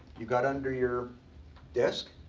you got under your desk,